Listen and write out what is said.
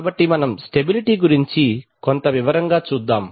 కాబట్టి మనం స్టెబిలిటీ గురించి కొంత వివరంగా చూద్దాం